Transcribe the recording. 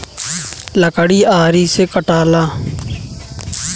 लकड़ी आरी से कटाला